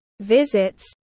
visits